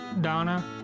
Donna